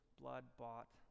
blood-bought